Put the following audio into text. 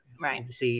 Right